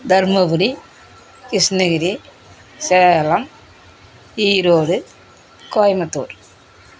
Dharmapuri Krishnagiri Salem Erode Coimbatore